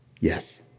yes